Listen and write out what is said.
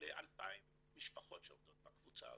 ל-2,000 משפחות שעובדות בקבוצה הזאת.